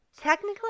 technically